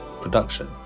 production